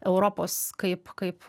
europos kaip kaip